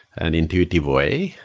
and intuitive way.